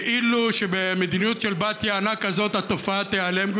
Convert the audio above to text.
כאילו שבמדיניות של בת יענה כזאת התופעה תיעלם,